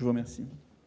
L'amendement